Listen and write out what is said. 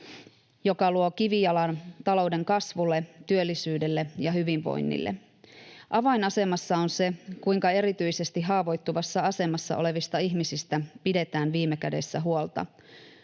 jotka luovat kivijalan talouden kasvulle, työllisyydelle ja hyvinvoinnille. Avainasemassa on se, kuinka erityisesti haavoittuvassa asemassa olevista ihmisistä pidetään viime kädessä huolta: